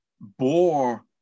bore